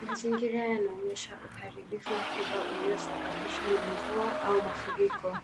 Mazingira yanaonyesha uharibifu mkubwa uliosababishwa na mvua au mafuriko.